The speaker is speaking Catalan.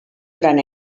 gran